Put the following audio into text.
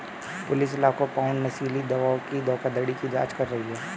police लाखों pound नशीली दवाओं की धोखाधड़ी की जांच कर रही है